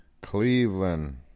Cleveland